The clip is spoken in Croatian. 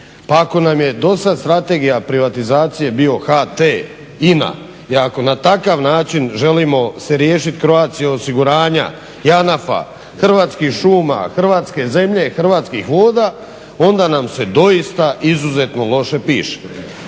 Pa ako nam je dosad Strategija privatizacije bio HT, INA i ako na takav način želimo se riješiti Croatia osiguranja, JANAF-a, Hrvatskih šuma, hrvatske zemlje i hrvatskih voda onda nam se doista izuzetno loše piše.